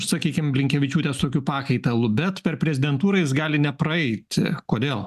sakykim blinkevičiūtės tokiu pakaitalu bet per prezidentūrą jis gali nepraeiti kodėl